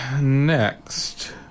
Next